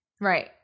Right